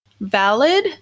valid